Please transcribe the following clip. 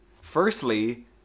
Firstly